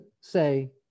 say